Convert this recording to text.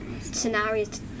scenarios